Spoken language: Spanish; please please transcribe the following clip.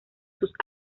sus